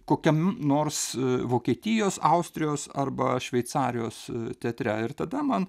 kokiam nors vokietijos austrijos arba šveicarijos teatre ir tada man